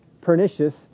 pernicious